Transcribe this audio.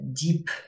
deep